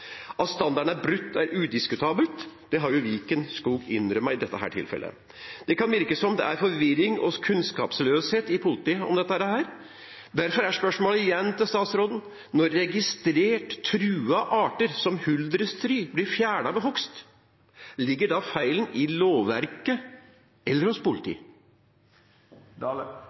At standarden er brutt, er udiskutabelt. Det har Viken Skog innrømmet i dette tilfellet. Det kan virke som det er forvirring og kunnskapsløshet i politiet om dette. Derfor er spørsmålet igjen til statsråden: Når registrerte truede arter som huldrestry blir fjernet ved hogst, ligger da feilen i lovverket eller hos